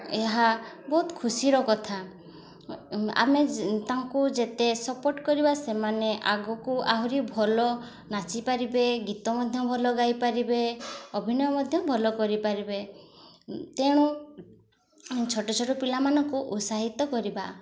ଏହା ବହୁତ ଖୁସିର କଥା ଆମେ ତାଙ୍କୁ ଯେତେ ସପୋର୍ଟ୍ କରିବା ସେମାନେ ଆଗକୁ ଆହୁରି ଭଲ ନାଚିପାରିବେ ଗୀତ ମଧ୍ୟ ଭଲ ଗାଇପାରିବେ ଅଭିନୟ ମଧ୍ୟ ଭଲ କରିପାରିବେ ତେଣୁ ଛୋଟ ଛୋଟ ପିଲାମାନଙ୍କୁ ଉତ୍ସାହିତ କରିବା